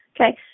Okay